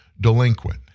delinquent